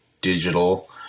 digital